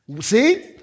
See